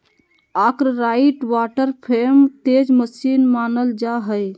Arkwright water frame तेज मशीन मानल जा हई